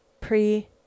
Pre